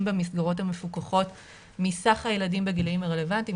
במסגרות המפוקחות מסך הילדים בגילאים הרלוונטיים,